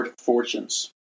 fortunes